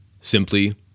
simply